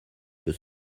peut